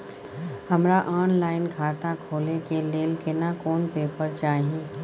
हमरा ऑनलाइन खाता खोले के लेल केना कोन पेपर चाही?